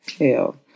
hell